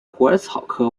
虎耳草科